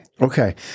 Okay